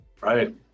right